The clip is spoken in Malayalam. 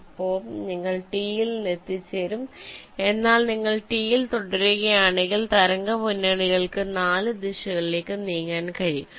അപ്പോൾ നിങ്ങൾ T യിൽ എത്തിച്ചേരും എന്നാൽ നിങ്ങൾ T യിൽ തുടങ്ങുകയാണെങ്കിൽ തരംഗ മുന്നണികൾക്ക് 4 ദിശകളിലേക്കും നീങ്ങാൻ കഴിയും